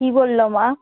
কী বলল মা